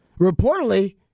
reportedly